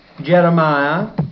Jeremiah